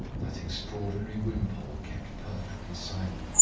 that extraordinary wimpole kept perfectly silent.